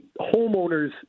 homeowners